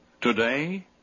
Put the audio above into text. Today